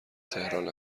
تهران